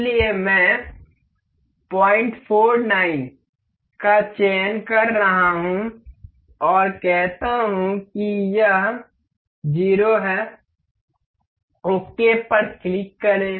इसलिए मैं 049 का चयन कर रहा हूं और कहता हूं कि यह 0 है ओके पर क्लिक करें